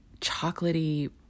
chocolatey